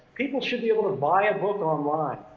people should be able to buy a book online,